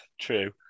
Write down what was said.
True